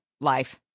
life